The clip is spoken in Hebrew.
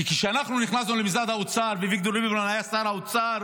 כשאנחנו נכנסנו למשרד האוצר ואביגדור ליברמן היה שר האוצר,